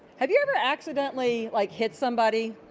have you ever accidentally like hit somebody?